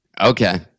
Okay